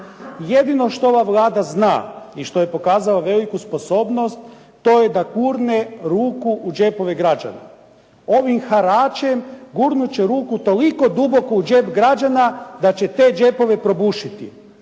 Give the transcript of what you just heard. Jedino što ova Vlada zna i što je pokazala veliku sposobnost, to je da gurne ruku u džepove građane. Ovim haračem gurnut će ruku toliko duboko u džep građana da će te džepove probušiti